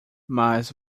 mas